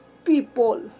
People